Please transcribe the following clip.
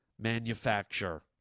manufacture